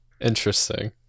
Interesting